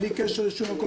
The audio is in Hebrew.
בלי קשר לשום דבר,